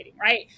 right